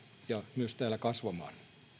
ja myös täällä kasvamaan on varmaan se yhteinen haaste